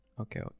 okay